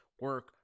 Work